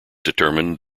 determined